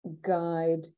guide